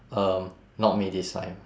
um not me this time